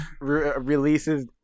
releases